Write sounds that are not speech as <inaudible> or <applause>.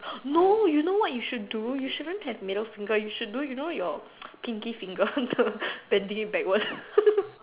no you know what you should do you shouldn't have middle finger you should do you know your pinky finger the bend it backward <laughs>